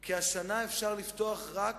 כי השנה אפשר לפתוח רק